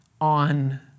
on